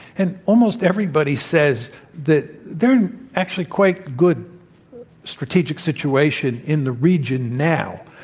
and almost everybody says that they're in actually quite good strategic situation in the region now.